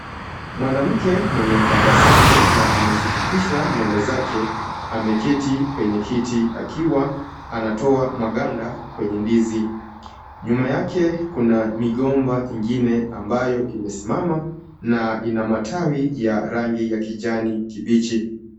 Mwanamke mwenye tabasamu na amezifupisha nywele zake, ameketi kwenye kiti akiwa anatoa maganda kwenye ndizi. Nyuma yake kuna migomba ingine ambayo imesimama na ina matawi ya rangi ya kijani kibichi.